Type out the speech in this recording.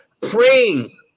praying